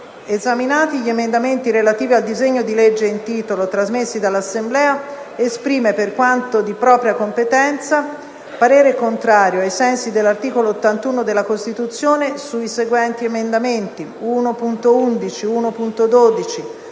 esaminati gli emendamenti relativi al disegno di legge in titolo, trasmessi dall'Assemblea, esprime, per quanto di propria competenza, parere contrario, ai sensi dell'articolo 81 della Costituzione, sugli emendamenti 1.11, 1.12,